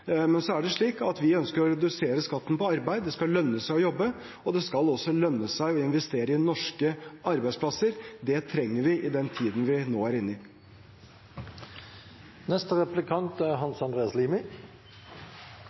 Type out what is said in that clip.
Men så er det slik at vi ønsker å redusere skatten på arbeid. Det skal lønne seg å jobbe, og det skal også lønne seg å investere i norske arbeidsplasser. Det trenger vi i den tiden vi nå er inne i.